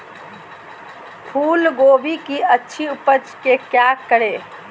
फूलगोभी की अच्छी उपज के क्या करे?